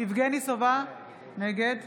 יבגני סובה, נגד